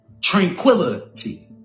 tranquility